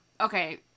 Okay